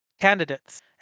candidates